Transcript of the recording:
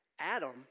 Adam